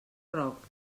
roc